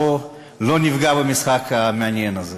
בואו לא נפגע במשחק המעניין הזה,